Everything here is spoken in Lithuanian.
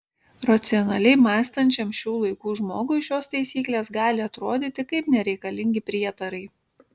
racionaliai mąstančiam šių laikų žmogui šios taisyklės gali atrodyti kaip nereikalingi prietarai